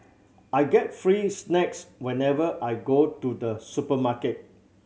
I get free snacks whenever I go to the supermarket